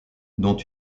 dont